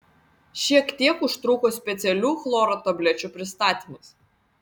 šiek tiek užtruko specialių chloro tablečių pristatymas